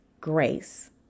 grace